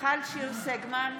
מיכל שיר סגמן,